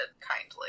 kindly